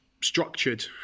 structured